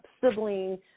sibling